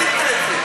שאתה עמדת מאחוריו?